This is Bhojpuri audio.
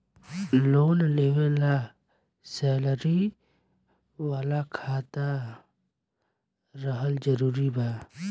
लोन लेवे ला सैलरी वाला खाता रहल जरूरी बा?